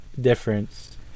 difference